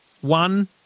one